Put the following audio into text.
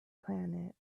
planet